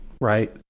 right